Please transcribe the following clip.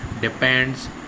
depends